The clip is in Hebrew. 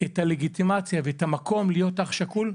את הלגיטימציה ואת המקום להיות אח שכול,